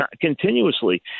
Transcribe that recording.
continuously